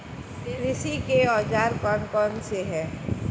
कृषि के औजार कौन कौन से हैं?